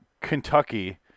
Kentucky